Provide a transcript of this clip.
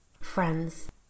friends